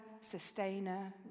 sustainer